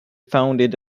founded